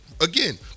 again